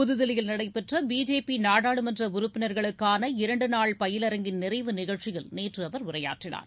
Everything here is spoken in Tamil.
புதுதில்லியில் நடைபெற்ற பிஜேபி நாடாளுமன்ற உறுப்பினர்களுக்கான இரண்டு நாள் பயிலரங்கின் நிறைவு நிகழ்ச்சியில் நேற்று அவர் உரையாற்றினார்